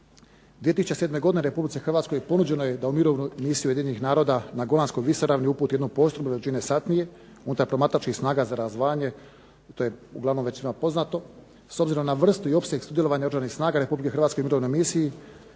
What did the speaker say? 2007. godine Republici Hrvatskoj ponuđeno je da u mirovnu misiju Ujedinjenih naroda na Golanskoj visoravni uputi jednu postrojbu veličine satnije unutar promatračkih snaga za razdvajanje. To je uglavnom već svima poznato. S obzirom na vrstu i opseg sudjelovanja Oružanih snaga Republike Hrvatske u mirovnoj misiji